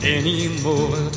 anymore